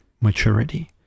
maturity